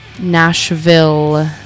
Nashville